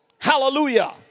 Hallelujah